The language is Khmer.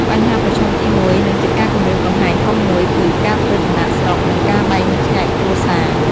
បញ្ហាប្រឈមទីមួយ និងជាការគំរាមកំហែងធំមួយ គឺ ការធ្វើចំណាកស្រុក និងការបែកខ្ញែកគ្រួសារ។